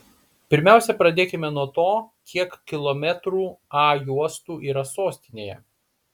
pirmiausia pradėkime nuo to kiek kilometrų a juostų yra sostinėje